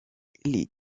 les